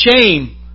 Shame